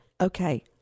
Okay